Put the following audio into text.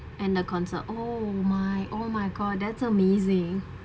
and the concert oh my oh my god that's amazing